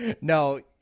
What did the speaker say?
No